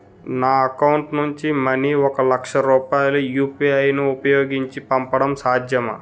నా అకౌంట్ నుంచి మనీ ఒక లక్ష రూపాయలు యు.పి.ఐ ను ఉపయోగించి పంపడం సాధ్యమా?